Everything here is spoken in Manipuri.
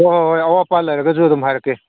ꯍꯣꯏ ꯍꯣꯏ ꯑꯋꯥꯠ ꯑꯄꯥ ꯂꯩꯔꯒꯁꯨ ꯑꯗꯨꯝ ꯍꯥꯏꯔꯛꯀꯦ